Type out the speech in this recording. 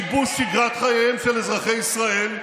לא קראתי בכלל.